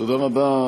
תודה רבה.